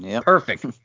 Perfect